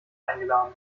eingeladen